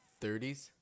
30s